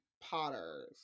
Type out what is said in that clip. potters